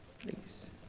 Please